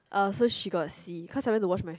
uh so she got see cause I went to wash my face